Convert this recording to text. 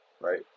right